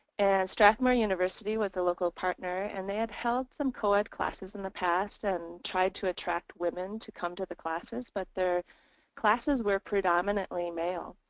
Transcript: and strathmore university was the local partner and they had held some coed classes in the past and tried to attract women to come to the classes. but their classes were predominantly male.